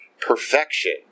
perfection